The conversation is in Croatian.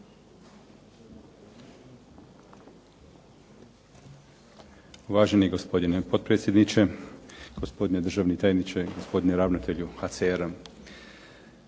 Uvaženi gospodine potpredsjedniče, gospodine državni tajniče, gospodine ravnatelju HCR-a.